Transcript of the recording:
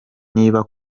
niba